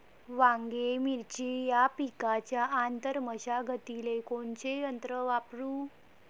वांगे, मिरची या पिकाच्या आंतर मशागतीले कोनचे यंत्र वापरू?